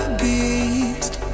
beast